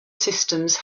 systems